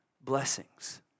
blessings